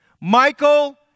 Michael